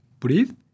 breathe